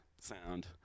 sound